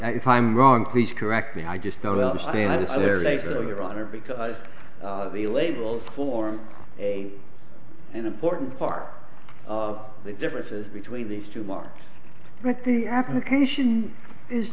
i if i'm wrong please correct me i just don't understand either later on or because the labels form a an important part of the differences between these two are right the application is